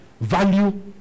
value